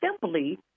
simply